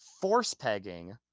force-pegging